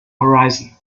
horizon